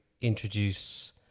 introduce